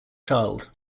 child